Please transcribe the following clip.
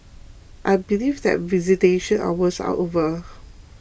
I believe that visitation hours are over